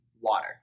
water